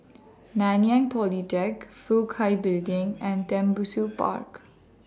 Nanyang Polytechnic Fook Hai Building and Tembusu Park